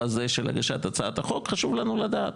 הזה של הגשת הצעת החוק חשוב לנו לדעת.